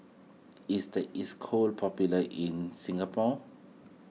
is the Isocal popular in Singapore